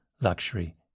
Luxury